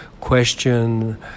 question